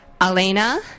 Alena